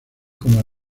como